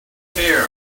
hair